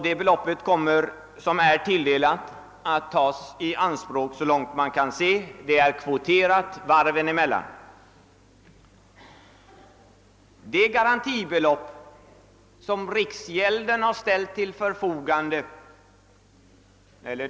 Det belopp som är tilldelat kommer så långt man kan se att tas i anspråk. Det är kvoterat varven emellan.